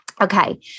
Okay